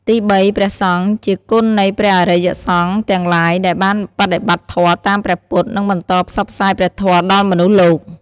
ទីបី ព្រះសង្ឃ ជាគុណនៃព្រះអរិយសង្ឃទាំងឡាយដែលបានបដិបត្តិធម៌តាមព្រះពុទ្ធ និងបន្តផ្សព្វផ្សាយព្រះធម៌ដល់មនុស្សលោក។